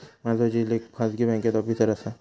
माझो झिल एका खाजगी बँकेत ऑफिसर असा